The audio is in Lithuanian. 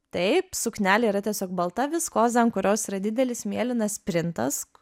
taip suknelė yra tiesiog balta viskozė ant kurios yra didelis mėlynas printas